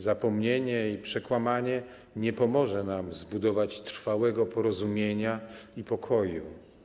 Zapomnienie i przekłamanie nie pomoże nam zbudować trwałego porozumienia i pokoju.